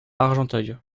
argenteuil